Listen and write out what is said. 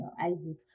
Isaac